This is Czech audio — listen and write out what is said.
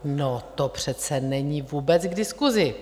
No, to přece není vůbec k diskusi!